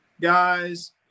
guys